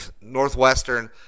Northwestern